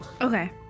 Okay